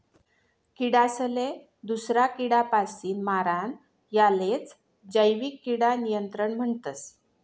किडासले दूसरा किडापासीन मारानं यालेच जैविक किडा नियंत्रण म्हणतस